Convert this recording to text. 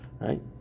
right